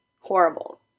horrible